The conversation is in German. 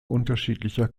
unterschiedlicher